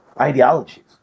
Ideologies